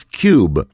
cube